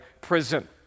prison